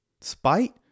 spite